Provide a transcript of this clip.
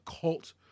cult